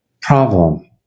problem